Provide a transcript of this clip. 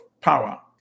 power